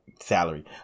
salary